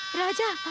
raja!